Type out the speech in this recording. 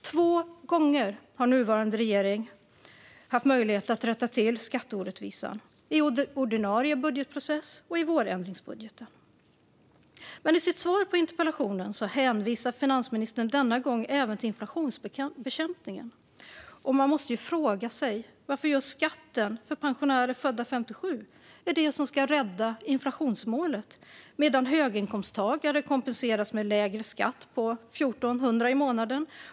Två gånger har nuvarande regering haft möjlighet att rätta till skatteorättvisan - i ordinarie budgetprocess och i vårändringsbudgeten. I sitt svar på interpellationen hänvisar finansministern denna gång även till inflationsbekämpningen. Jag måste fråga varför just skatten för pensionärer födda 1957 är det som ska rädda inflationsmålet, medan höginkomsttagare kompenseras med lägre skatt på 1 400 kronor i månaden.